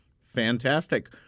Fantastic